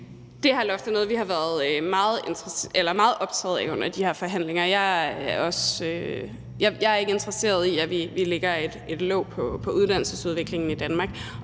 Det her loft er noget, vi har været meget optaget af under de her forhandlinger. Jeg er ikke interesseret i, at vi lægger et låg på uddannelsesudviklingen i Danmark,